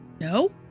No